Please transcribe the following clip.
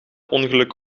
ongeluk